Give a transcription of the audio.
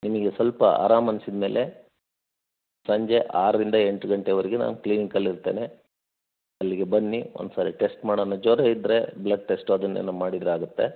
ನಿಮಗೆ ಸ್ವಲ್ಪ ಆರಾಮ್ ಅನ್ಸಿದ ಮೇಲೆ ಸಂಜೆ ಆರರಿಂದ ಎಂಟು ಗಂಟೆವರೆಗೆ ನಾನು ಕ್ಲಿನಿಕಲ್ಲಿ ಇರ್ತೇನೆ ಅಲ್ಲಿಗೆ ಬನ್ನಿ ಒಂದು ಸಾರಿ ಟೆಸ್ಟ್ ಮಾಡಣ ಜ್ವರ ಇದ್ದರೆ ಬ್ಲಡ್ ಟೆಸ್ಟ್ ಅದನ್ನೆಲ್ಲ ಮಾಡಿದ್ರೆ ಆಗುತ್ತೆ